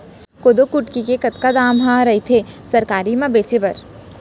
कोदो कुटकी के कतका दाम ह रइथे सरकारी म बेचे बर?